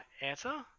answer